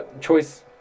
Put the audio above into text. choice